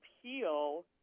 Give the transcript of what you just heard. appeal